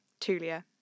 Tulia